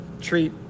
treat